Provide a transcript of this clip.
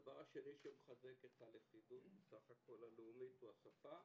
הדבר השני שמחזק את הלכידות הלאומית הוא השפה,